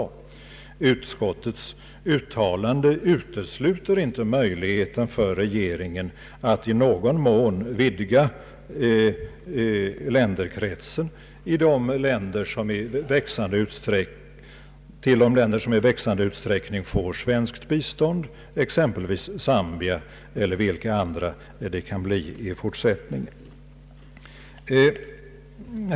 Utskottets uttalande utesluter inte möjligheten för regeringen att i någon mån vidga kretsen med länder som i växande utsträckning skall kunna få svenskt bistånd, exempelvis med Zambia eller vilka andra länder som det kan bli fråga om i fortsättningen.